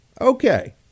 Okay